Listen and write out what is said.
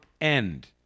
end